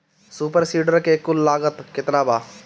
Super seeder के कुल लागत केतना बा?